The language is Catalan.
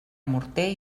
morter